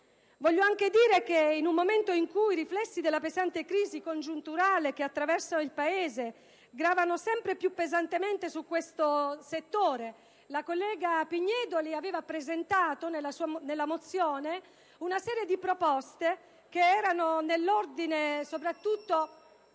maggioranza. In un momento in cui riflessi della pesante crisi congiunturale che attraversa il Paese gravano sempre più pesantemente su questo settore, la collega Pignedoli ha presentato, nella mozione, una serie di proposte di misure straordinarie.